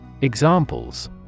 Examples